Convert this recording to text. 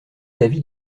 l’avis